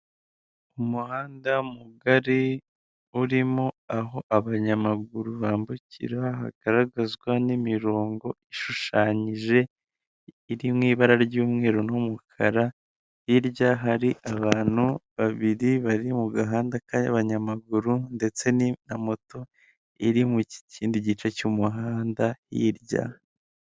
Umuhanda mugari urimo aho abanyamaguru bambukira hagaragazwa n'imirongo ishushanyije iri mu ibara ry'umweru n'umukara, hirya hari abantu babiri bari mu gahanda k'abanyamaguru ndetse na moto iri mu kindi gice cy'umuhanda hirya.